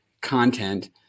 content